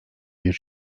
bir